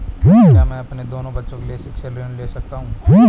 क्या मैं अपने दोनों बच्चों के लिए शिक्षा ऋण ले सकता हूँ?